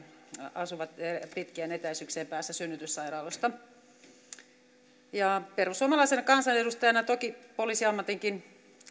asuvat pitkien etäisyyksien päässä synnytyssairaalasta perussuomalaisena kansanedustajana toki poliisiammatinkin